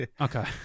Okay